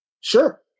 Sure